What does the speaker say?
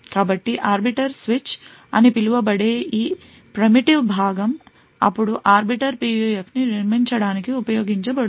కాబట్టి arbiter switch అని పిలువబడే ఈ ఆదిమ భాగం అప్పుడు ఆర్బిటర్ PUF ని నిర్మించడానికి ఉపయోగించబడుతుంది